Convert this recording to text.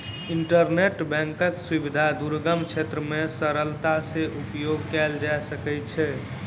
internet बैंकक सुविधा दुर्गम क्षेत्र मे सरलता सॅ उपयोग कयल जा सकै छै